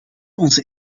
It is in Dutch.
onze